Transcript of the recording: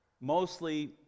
mostly